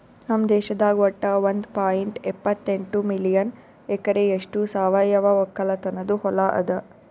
ನಮ್ ದೇಶದಾಗ್ ವಟ್ಟ ಒಂದ್ ಪಾಯಿಂಟ್ ಎಪ್ಪತ್ತೆಂಟು ಮಿಲಿಯನ್ ಎಕರೆಯಷ್ಟು ಸಾವಯವ ಒಕ್ಕಲತನದು ಹೊಲಾ ಅದ